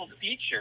feature